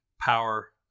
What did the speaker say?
power